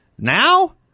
Now